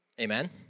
Amen